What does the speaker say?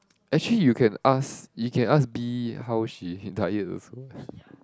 actually you can ask you can ask B how she diet also